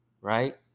right